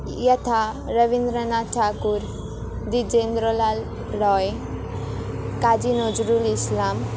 यथा रवीन्द्रनाथटागोर् विजेन्द्रलालरोय् काजीनज्रुलइस्लाम्